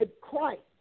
Christ